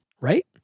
Right